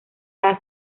dar